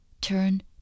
turn